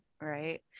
right